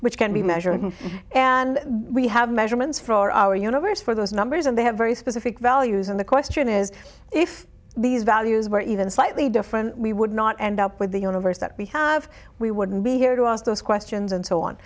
which can be measured and we have measurements for our universe for those numbers and they have very specific values and the question is if these values were even slightly different we would not end up with the universe that we have we wouldn't be here to ask those questions and so on